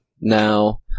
Now